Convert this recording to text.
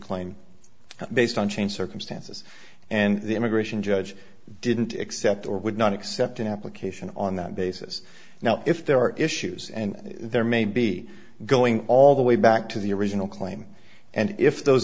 claim based on changed circumstances and the immigration judge didn't accept or would not accept an application on that basis now if there are issues and there may be going all the way back to the original claim and if those